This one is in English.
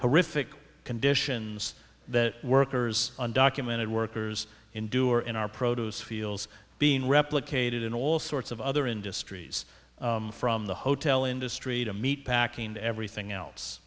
horrific conditions that workers undocumented workers endure in our produce fields being replicated in all sorts of other industries from the hotel industry to meat packing everything else